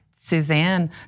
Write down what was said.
Suzanne